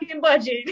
budget